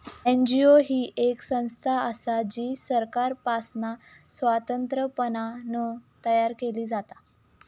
NGO ही येक संस्था असा जी सरकारपासना स्वतंत्रपणान तयार केली जाता